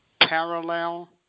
parallel